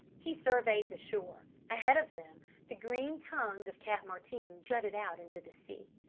he surveyed the shore. ahead of them the green tongue of cap martin jutted out into the sea.